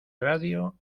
radio